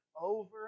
over